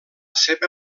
seva